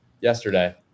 Yesterday